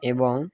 এবং